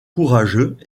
courageux